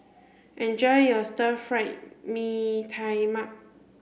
enjoy your stir fry Mee Tai Mak